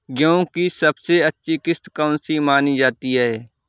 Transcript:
गेहूँ की सबसे अच्छी किश्त कौन सी मानी जाती है?